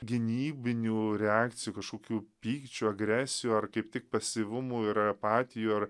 gynybinių reakcijų kažkokių pykčių agresijų ar kaip tik pasyvumų ir apatijų ar